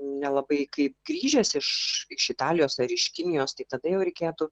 nelabai kaip grįžęs iš iš italijos ar iš kinijos tai tada jau reikėtų